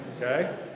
okay